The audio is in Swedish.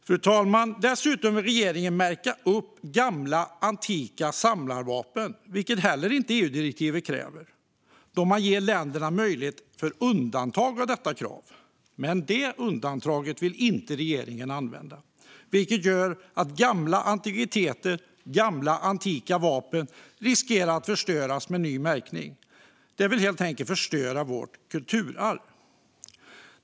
Fru talman! Dessutom vill regeringen märka gamla antika samlarvapen, vilket inte heller EU-direktivet kräver eftersom man ger länderna möjlighet till undantag från detta krav. Men det undantaget vill regeringen inte använda, vilket gör att gamla antikviteter och gamla antika vapen riskerar att förstöras med ny märkning. Regeringen vill helt enkelt förstöra vårt kulturarv.